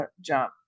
jump